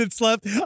left